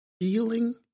feeling